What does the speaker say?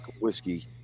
whiskey